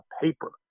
paper